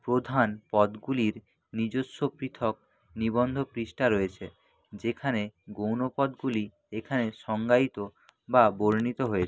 প্রধান পদগুলির নিজস্ব পৃথক নিবন্ধ পৃষ্ঠা রয়েছে যেখানে গৌণ পদগুলি এখানে সংজ্ঞায়িত বা বর্ণিত হয়ে